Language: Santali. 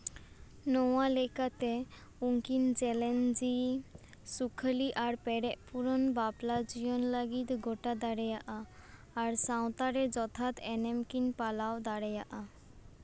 ᱱᱚᱣᱟ ᱞᱮᱠᱟᱛᱮ ᱩᱱᱠᱤᱱ ᱪᱮᱞᱮᱧᱡᱤᱝ ᱥᱩᱠᱷᱟᱹᱞᱤ ᱟᱨ ᱯᱮᱨᱮᱡ ᱯᱩᱨᱟᱹᱱ ᱵᱟᱯᱞᱟ ᱡᱤᱭᱚᱱ ᱞᱟᱹᱜᱤᱫ ᱜᱚᱴᱟ ᱫᱟᱲᱮᱭᱟᱜᱼᱟ ᱟᱨ ᱥᱟᱶᱛᱟ ᱨᱮ ᱡᱚᱛᱷᱟᱛ ᱮᱱᱮᱢ ᱠᱤᱱ ᱯᱟᱞᱟᱣ ᱫᱟᱲᱮᱭᱟᱜᱼᱟ